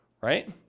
Right